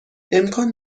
امکان